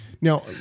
now